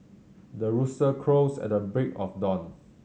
the rooster crows at the break of dawn